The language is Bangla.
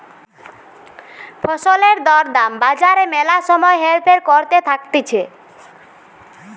ফসলের দর দাম বাজারে ম্যালা সময় হেরফের করতে থাকতিছে